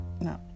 No